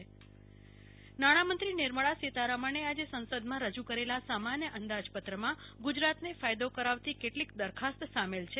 કલ્પના Shah Kutch budget નાણામંત્રી નિર્મળા સિતારામને આજે સાંસદમાં રજૂ કરેલા સામાન્ય અંદાજપત્રમાં ગુજરાતને ફાયદો કરાવતી કેટલીક દરખાસ્ત સામેલ છે